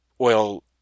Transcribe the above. oil